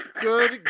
good